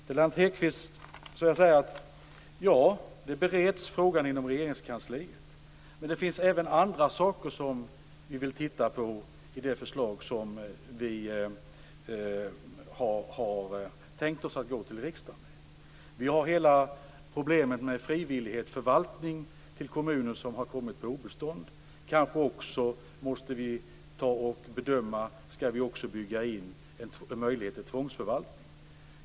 Till Lennart Hedquist vill jag säga att frågan bereds inom Regeringskansliet men att det även finns andra saker som vi vill titta på i det förslag som vi har tänkt gå till riksdagen med. Vi har hela problemet med frivillighet och förvaltning när det gäller kommuner som har kommit på obestånd. Kanske vi också måste bedöma om vi skall bygga in en möjlighet till tvångsförvaltning.